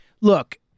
look